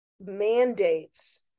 mandates